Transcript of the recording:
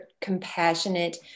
compassionate